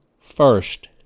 first